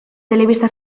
telebista